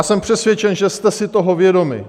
Jsem přesvědčen, že jste si toho vědomi.